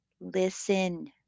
listen